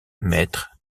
mètres